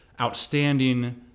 outstanding